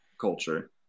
culture